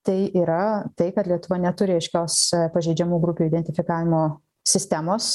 tai yra tai kad lietuva neturi aiškios pažeidžiamų grupių identifikavimo sistemos